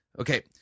Okay